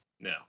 No